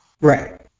Right